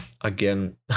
again